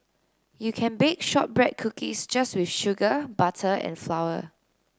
you can bake shortbread cookies just with sugar butter and flour